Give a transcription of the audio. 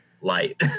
light